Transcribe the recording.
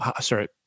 sorry